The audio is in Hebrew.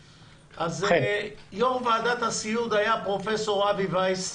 יו"ר ועדת הסיעוד היה פרופ' אבי וייס,